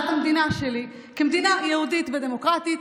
המדינה שלי כמדינה יהודית ודמוקרטית,